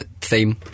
theme